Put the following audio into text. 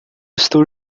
estou